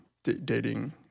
dating